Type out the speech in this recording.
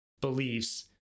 beliefs